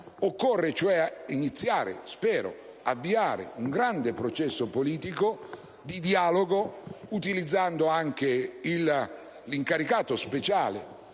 Occorre cioè auspicabilmente avviare un grande processo politico di dialogo, utilizzando anche l'incaricato speciale